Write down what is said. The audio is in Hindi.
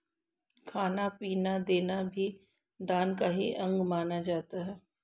खाना पीना देना भी दान का ही अंग माना जाता है